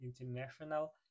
international